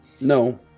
No